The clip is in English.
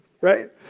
Right